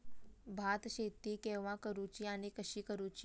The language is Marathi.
भात शेती केवा करूची आणि कशी करुची?